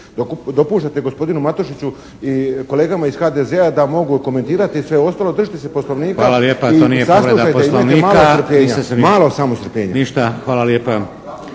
Hvala lijepa.